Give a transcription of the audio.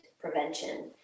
prevention